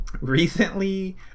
Recently